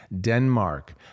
Denmark